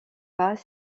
pas